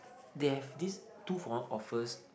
they have this two for one offers